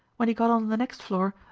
when he got on the next floor,